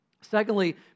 Secondly